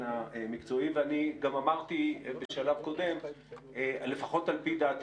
המקצועי ואני גם אמרתי בשלב קודם לפחות על פי דעתי